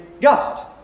God